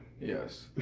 Yes